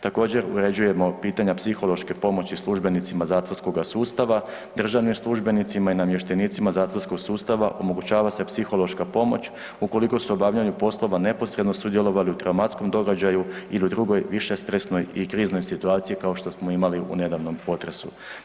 Također uređujemo pitanja psihološke pomoći službenicima zatvorskoga sustava, državnim službenicima i namještenicima zatvorskog sustava omogućava se psihološka pomoć ukoliko su u obavljanju poslova neposredno sudjelovali u traumatskom događaju ili u drugoj višestresnoj i kriznoj situaciji kao što smo imali u nedavnom potresu.